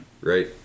Right